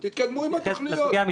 תתקדמו עם התוכניות.